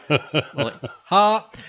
Ha